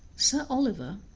sir oliver,